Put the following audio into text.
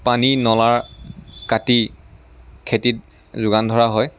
পানীৰ নলা কাটি খেতিত যোগান ধৰা হয়